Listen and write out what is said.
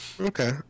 Okay